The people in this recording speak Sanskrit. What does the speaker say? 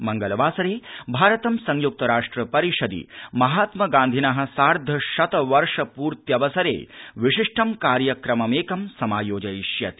मंगलवासरे भारतं संयुक्तराष्ट्रपरिषदि महात्मागांन्धिनः सार्ध शत वर्ष पूर्त्यवसरे विशिष्ट कार्यक्रममेकं समायोजयिष्यति